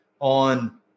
on